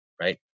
right